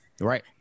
right